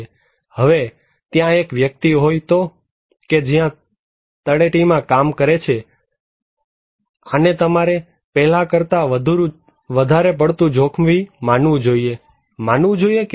હવે ત્યાં કોઈ એક વ્યક્તિ હોય તો કે જે ત્યાં તળેટીમાં કામ કરે છે આને તમારે પહેલાં કરતાં વધુ જોખમી માનવું જોઈએ માનવું જોઈએ કે